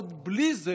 עוד בלי זה